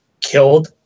killed